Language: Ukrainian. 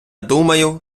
думаю